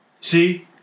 See